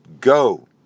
go